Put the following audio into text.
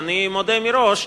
אני מודה מראש,